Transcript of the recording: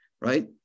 right